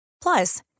Plus